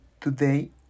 Today